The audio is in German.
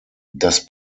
das